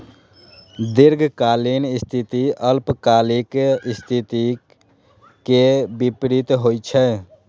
दीर्घकालिक स्थिति अल्पकालिक स्थिति के विपरीत होइ छै